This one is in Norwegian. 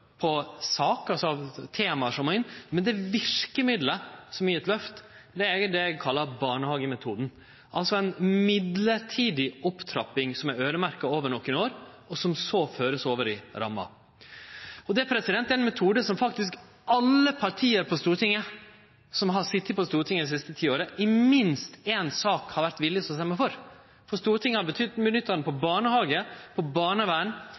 eit løft, er det eg kallar barnehagemetoden, altså ei mellombels opptrapping som er øyremerkt over nokre år, og som så vert ført over i ramma. Det er ein metode som alle partia på Stortinget dei siste ti åra i minst éi sak har vore villige til å stemme for –Stortinget har nytta metoden både på barnehage og på barnevern.